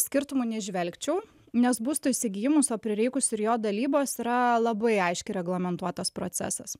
skirtumų neįžvelgčiau nes būsto įsigijimas o prireikus ir jo dalybos yra labai aiškiai reglamentuotas procesas